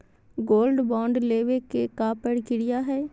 Gold bond लेवे के का प्रक्रिया हई?